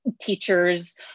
teachers